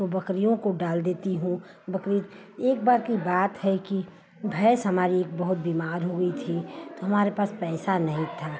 तो बक़रियों को डाल देती हूँ बकरी एक बार की बात है कि भैंस हमारी बहुत बीमार हो गई थी तो हमारे पास पैसा नहीं था